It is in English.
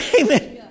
amen